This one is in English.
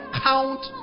count